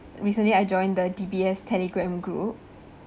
recently I joined the D_B_S telegram group